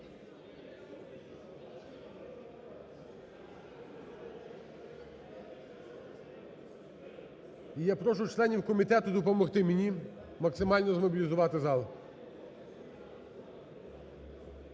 І я прошу членів комітету допомогти мені максимально змобілізувати зал.